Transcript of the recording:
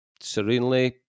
serenely